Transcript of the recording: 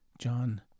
John